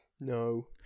no